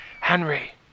Henry